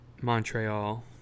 Montreal